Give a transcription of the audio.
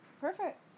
Perfect